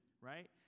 right